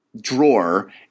drawer